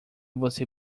você